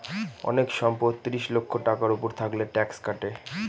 অনেক সম্পদ ত্রিশ লক্ষ টাকার উপর থাকলে ট্যাক্স কাটে